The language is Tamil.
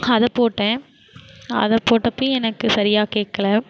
அதை போட்டேன் அதை போட்டப்பயும் எனக்கு சரியாக கேக்கலை